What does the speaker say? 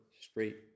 straight